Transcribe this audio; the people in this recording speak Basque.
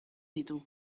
ditu